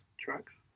Trucks